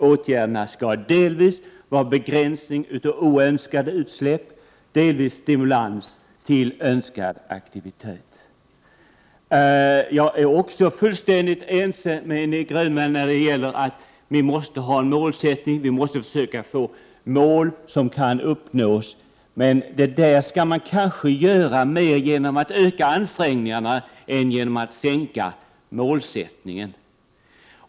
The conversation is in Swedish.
Åtgärderna skall delvis vara en begränsning av oönskade utsläpp, delvis vara en stimulans till ökad aktivitet. Jag är också fullständigt ense med Nic Grönvall om att vi måste ha ett mål. Vi måste försöka få ett mål som kan nås. Men det skall man göra mera genom att öka ansträngningarna än genom att sänka målet.